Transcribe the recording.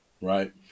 right